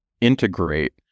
integrate